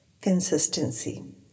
consistency